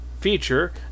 feature